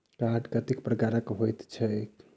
Card कतेक प्रकारक होइत छैक?